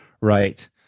right